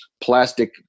plastic